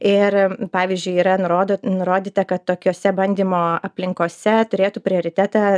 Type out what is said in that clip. ir pavyzdžiui yra nuro nurodyta kad tokiose bandymo aplinkose turėtų prioritetą